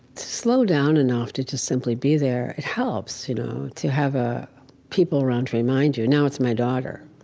slow down enough to just simply be there. it helps you know to have ah people around to remind you. now, it's my daughter.